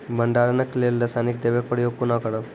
भंडारणक लेल रासायनिक दवेक प्रयोग कुना करव?